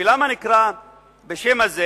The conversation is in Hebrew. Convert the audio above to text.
ולמה הוא נקרא בשם הזה?